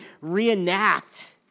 reenact